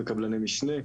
וקבלני משנה.